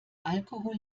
alkohol